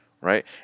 right